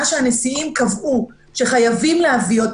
מה שהנשיאים קבעו שחייבים להביא,